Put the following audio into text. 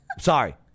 Sorry